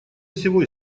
всего